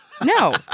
No